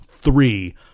three